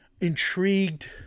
intrigued